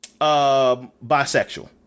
bisexual